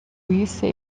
wiyise